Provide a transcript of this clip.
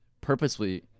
purposely